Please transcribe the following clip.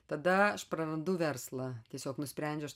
tada aš prarandu verslą tiesiog nusprendžiau